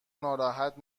ناراحت